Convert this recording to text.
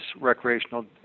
recreational